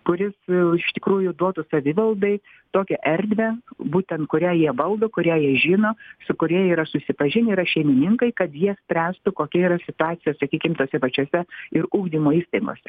kuris iš tikrųjų duotų savivaldai tokią erdvę būtent kurią jie valdo kurią jie žino su kuria jie yra susipažinę yra šeimininkai kad jie spręstų kokia yra situacija sakykim tose pačiose ir ugdymo įstaigose